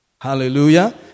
Hallelujah